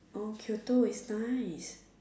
oh Kyoto is nice